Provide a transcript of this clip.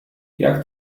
jak